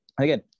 again